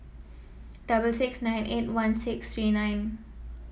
double six nine eight one six three nine